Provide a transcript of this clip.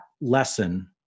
lesson